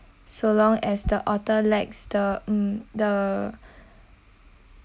so long as the author lacks the mm the